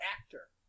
Actor